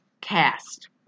cast